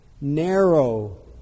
narrow